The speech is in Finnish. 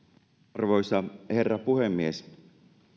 arvoisa herra puhemies